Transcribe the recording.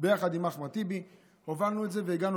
ביחד עם אחמד טיבי הובלנו את זה והגענו